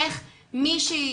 איך מישהי,